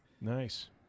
Nice